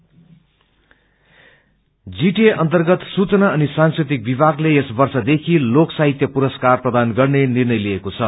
एर्वाड G T A अर्न्तगत सूचना अनि सांस्कृतिक विभागले यस वर्षदेखि लोक साहित्य पुरस्कार प्रदान गर्ने निर्णय लिएको छ